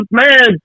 man